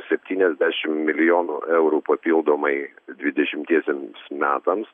septyniasdešim milijonų eurų papildomai dvidešimtiesiem metams